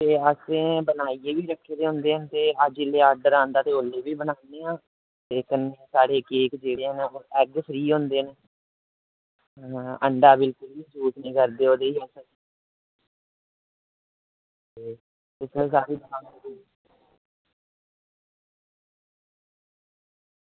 ते असें बनाइयै बी रक्खे दे होंदे न ते जेल्लै आर्डर आंदा ते ओल्लै बी बनान्ने आं कन्नै साढ़े केक जेह्ड़े न ओह् एग फ्री होंदे न अंडा बिलकुल निं यूज़ करदे ओह्दे च अस ते